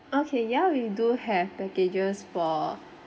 okay ya we do have packages for